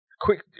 Quick